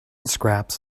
scraps